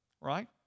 Right